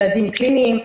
מדדים קליניים,